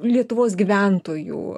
lietuvos gyventojų